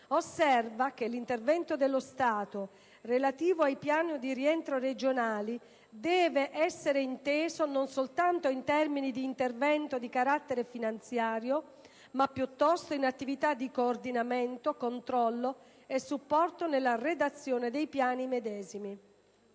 osserva che l'intervento dello Stato, relativo ai piani di rientro regionali, deve essere inteso non soltanto in termini di intervento di carattere finanziario, ma piuttosto in attività di coordinamento, controllo e supporto nella redazione dei piani medesimi».